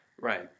Right